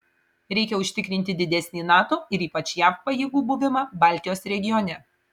reikia užtikrinti didesnį nato ir ypač jav pajėgų buvimą baltijos regione